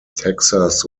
texas